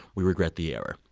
we regret the error.